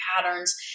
patterns